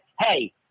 hey